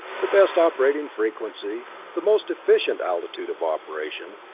the best operating frequency, the most efficient altitude of operation,